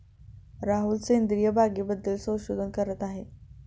राहुल सेंद्रिय बागेबद्दल संशोधन करत आहे